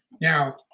Now